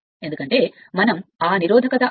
ఎందుకంటే మనం ఆ నిరోధకత R